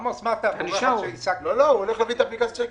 הנוהל כרגע לא מאפשר קבלה של אישור ניהול